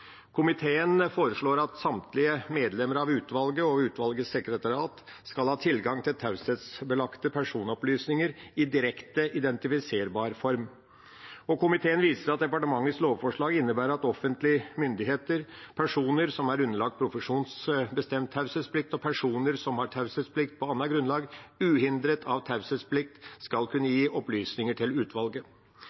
Komiteen foreslår at samtlige medlemmer av utvalget og utvalgets sekretariat skal ha tilgang til taushetsbelagte personopplysninger i direkte identifiserbar form. Komiteen viser til at departementets lovforslag innebærer at offentlige myndigheter, personer som er underlagt profesjonsbestemt taushetsplikt, og personer som har taushetsplikt på annet grunnlag, uhindret av taushetsplikt skal kunne gi opplysninger til utvalget.